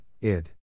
id